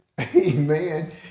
amen